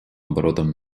оборотом